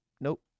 nope